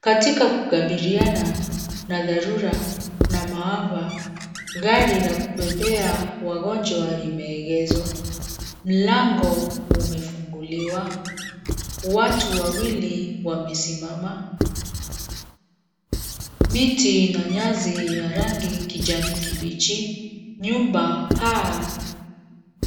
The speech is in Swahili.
Katika kukabiriana na dharura na maafa, gari la kubebea wagonjwa limeegezwa. Mlango umefunguliwa. Watu wawili wamesimama. Miti na nyasi ya rangi kijani kibichi. Nyumba paa